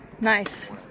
Nice